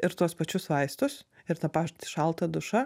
ir tuos pačius vaistus ir tą šaltą dušą